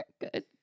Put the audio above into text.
Good